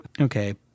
Okay